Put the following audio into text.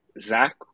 zach